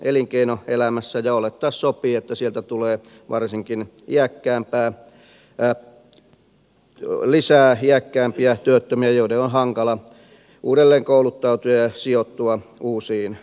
olettaa sopii että sieltä tulee lisää varsinkin iäkkäämpiä työttömiä joiden on hankala uudelleenkouluttautua ja sijoittua uusiin töihin